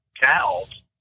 cows